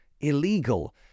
illegal